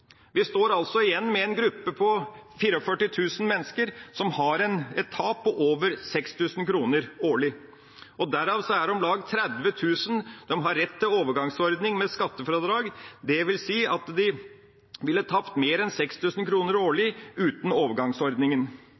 Vi står altså igjen med en gruppe på 44 000 mennesker som har et tap på over 6 000 kr årlig. Av dem er det om lag 30 000 som har rett til overgangsordning med skattefradrag, dvs. at de ville tapt mer enn 6 000 kr årlig uten